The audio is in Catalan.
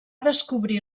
descobrir